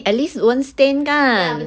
at least won't stain kan